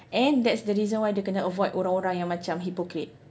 and that's the reason why dia kena avoid orang orang yang macam hypocrite